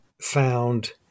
found